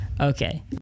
Okay